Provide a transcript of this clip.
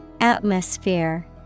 Atmosphere